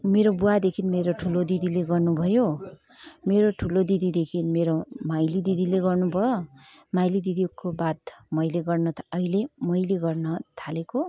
मेरो बुवादेखिन् मेरो ठुलो दिदीले गर्नुभयो मेरो ठुलो दिदीदेखि मेरो माइली दिदीले गर्नुभयो माइली दिदीको बाद मैले गर्नु था अहिले मैले गर्न थालेको